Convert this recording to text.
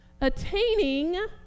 Attaining